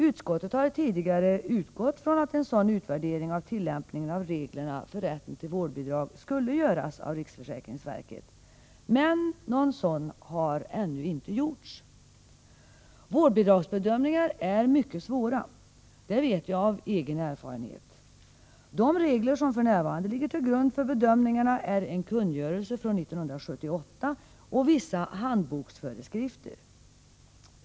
Utskottet har tidigare utgått från att en sådan utvärdering av tillämpningen av reglerna för rätt till vårdbidrag skulle göras av riksförsäkringsverket, men någon sådan har ännu inte gjorts. Vårdbidragsbedömningar är mycket svåra. Det vet jag av egen erfarenhet. De regler som för närvarande ligger till grund för bedömningarna är en kungörelse från 1978 och vissa handboksföreskrifter.